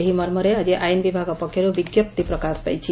ଏହି ମର୍ମରେ ଆଜି ଆଇନ୍ ବିଭାଗ ପକ୍ଷରୁ ବିଙ୍କପ୍ତି ପ୍ରକାଶ ପାଇଛି